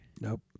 Nope